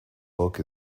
book